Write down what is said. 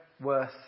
worth